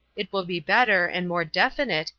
it will be better, and more definite,